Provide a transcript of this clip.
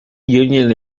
union